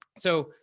so,